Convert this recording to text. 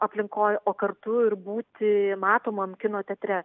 aplinkoj o kartu ir būti matomam kino teatre